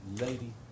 lady